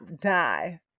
die